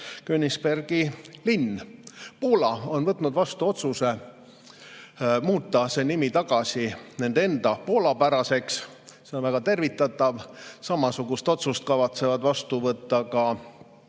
Königsbergi linn. Poola on võtnud vastu otsuse muuta see nimi tagasi nende enda-, poolapäraseks, ja see on väga tervitatav. Samasuguse otsuse kavatsevad vastu võtta ka